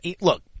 Look